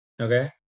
Okay